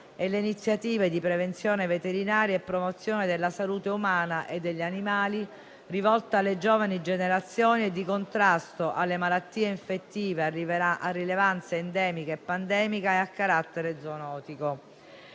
e le iniziative di prevenzione veterinaria e di promozione della salute umana e degli animali rivolte alle giovani generazioni e di contrasto alle malattie infettive a rilevanza endemica e pandemica e a carattere zoonotico,